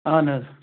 اَہَن حظ